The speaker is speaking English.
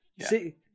See